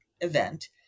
event